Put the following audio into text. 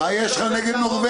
מה יש לך נגד נורווגיה?